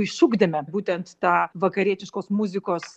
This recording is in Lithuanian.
išugdėme būtent tą vakarietiškos muzikos